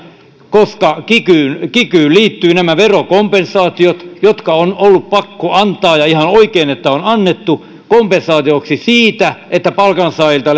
koska kikyyn kikyyn liittyvät nämä verokompensaatiot jotka on ollut pakko antaa ja ihan oikein että on annettu kompensaatioksi siitä että palkansaajilta